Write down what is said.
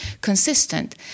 consistent